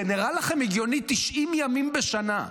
זה נראה לכם הגיוני, 90 ימים בשנה?